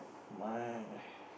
my